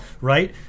Right